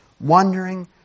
wondering